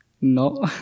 No